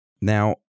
Now